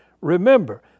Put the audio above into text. Remember